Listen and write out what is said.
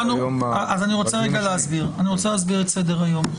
אני רוצה להסביר את סדר היום.